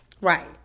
Right